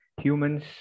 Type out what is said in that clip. humans